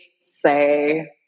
say